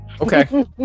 okay